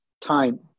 time